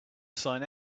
sign